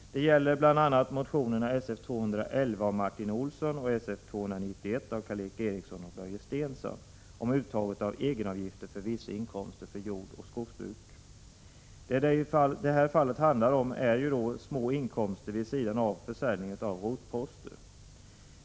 Det gäller bl.a. motionerna Sf211 av Martin Olsson och Sf291 av Karl Erik Eriksson och Börje Stensson om uttag av egenavgifter för vissa inkomster av jordoch skogsbruk. I det här fallet handlar det om små inkomster vid sidan av försäljning av rotposter.